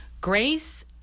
Grace